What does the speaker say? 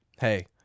hey